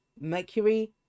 Mercury